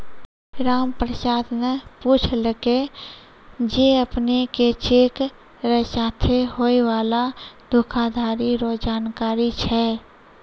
रामप्रसाद न पूछलकै जे अपने के चेक र साथे होय वाला धोखाधरी रो जानकारी छै?